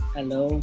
Hello